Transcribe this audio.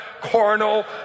carnal